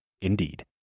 Indeed